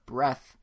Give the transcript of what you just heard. Breath